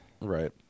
Right